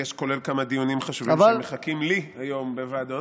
כולל כמה דיונים חשובים שמחכים לי היום בוועדות.